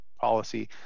policy